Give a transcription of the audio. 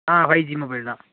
ஆ five G mobile தான்